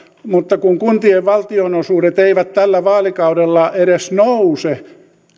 mutta kun kuntien valtionosuudet eivät tällä vaalikaudella edes nouse